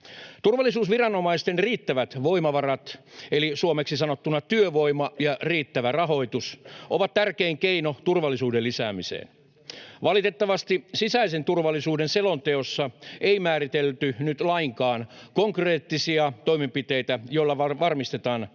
Turvallisuusviranomaisten riittävät voimavarat, eli suomeksi sanottuna työvoima ja riittävä rahoitus, ovat tärkein keino turvallisuuden lisäämiseen. Valitettavasti sisäisen turvallisuuden selonteossa ei määritelty nyt lainkaan konkreettisia toimenpiteitä, joilla varmistetaan nämä